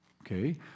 okay